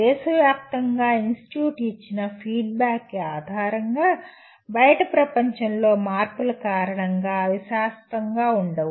దేశవ్యాప్తంగా ఇన్స్టిట్యూట్ ఇచ్చిన ఫీడ్బ్యాక్ ఆధారంగా బయటి ప్రపంచం లో మార్పుల కారణంగా అవి శాశ్వతంగా ఉండవు